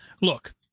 look